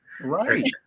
Right